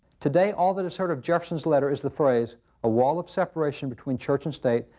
today all that is heard of jefferson's letter is the phrase a wall of separation between church and state,